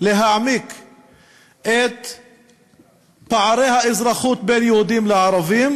את פערי האזרחות בין יהודים לערבים,